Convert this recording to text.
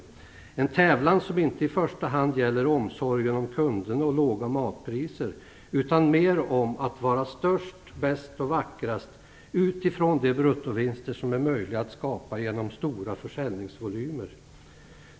Det är en tävlan som inte i första hand gäller omsorgen om kunderna och låga matpriser utan mer om att vara störst, bäst och vackrast utifrån de bruttovinster som är möjliga att skapa genom stora försäljningsvolymer.